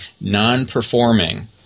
non-performing